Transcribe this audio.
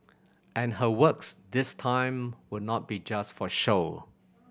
and her works this time will not be just for show